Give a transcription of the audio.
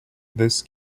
this